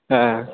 हां